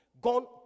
gone